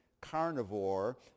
carnivore